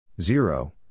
zero